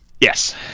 yes